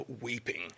weeping